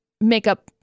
makeup